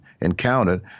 encountered